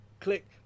click